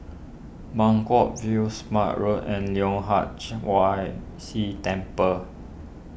Buangkok View Smart Road and Leong Hwa why Si Temple